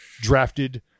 drafted